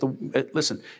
listen